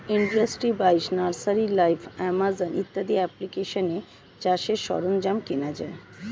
industry বাইশ, nursery live, Amazon ইত্যাদি অ্যাপ্লিকেশানে চাষের সরঞ্জাম কেনা যায়